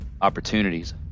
opportunities